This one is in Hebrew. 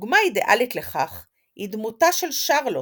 דוגמה אידיאלית לכך היא דמותה של שרלוט,